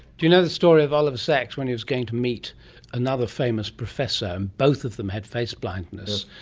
do you know the story of oliver sachs when he was going to meet another famous professor and both of them had face blindness,